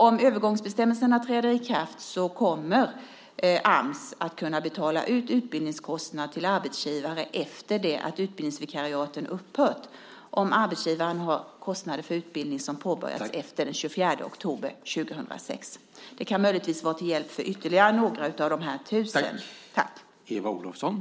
Om övergångsbestämmelserna träder i kraft kommer Ams att kunna betala ut utbildningskostnaden till arbetsgivaren efter det att utbildningsvikariaten upphört om arbetsgivaren har kostnader för utbildning som påbörjats efter den 24 oktober 2006. Det kan möjligtvis vara till hjälp för ytterligare några av de här 1 000 personerna.